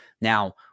Now